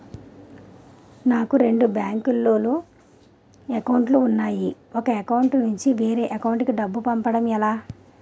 నాకు రెండు బ్యాంక్ లో లో అకౌంట్ లు ఉన్నాయి ఒక అకౌంట్ నుంచి వేరే అకౌంట్ కు డబ్బు పంపడం ఎలా?